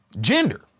gender